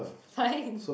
fine